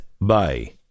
Bye